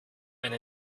and